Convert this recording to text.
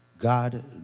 God